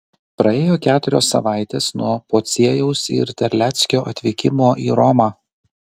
praėjo keturios savaitės nuo pociejaus ir terleckio atvykimo į romą